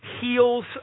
heals